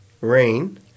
rain